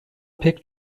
pek